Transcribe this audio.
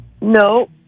No